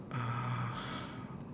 um